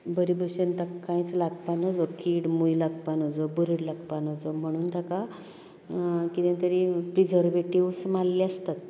बरें भशेन ताका कांयच लागपाक नजो किड मूंय लागपा नजो बरड लागपा नजो म्हणून ताका कितें तरी प्रिजर्वेटिव्हस मारिल्ले आसतात